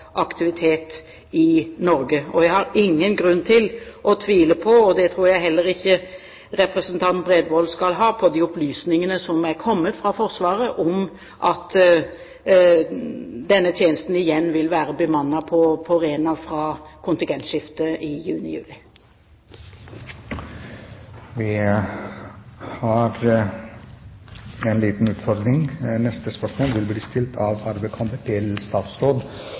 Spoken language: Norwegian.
aktivitet i Norge. Jeg har ingen grunn til å tvile på – og det tror jeg heller ikke representanten Bredvold skal gjøre – de opplysningene som er kommet fra Forsvaret om at denne tjenesten igjen vil være bemannet på Rena fra kontingentskiftet i juni/juli. Dette spørsmålet er utsatt til neste spørretime. Vi har en liten utfordring. Neste spørsmål vil bli stilt av Arve Kambe til statsråd